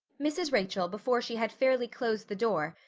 mrs. rachel, before she had fairly closed the door,